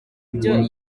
ibyo